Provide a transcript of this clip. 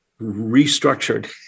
restructured